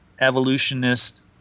evolutionist